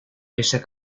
ese